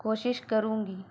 کوشش کروں گی